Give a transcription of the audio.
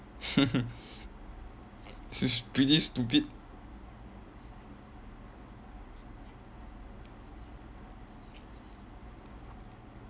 it's pretty stupid